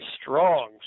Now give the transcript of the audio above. strong